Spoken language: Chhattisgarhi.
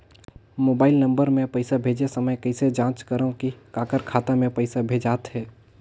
मोबाइल नम्बर मे पइसा भेजे समय कइसे जांच करव की काकर खाता मे पइसा भेजात हे?